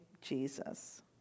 Jesus